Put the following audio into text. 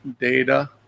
data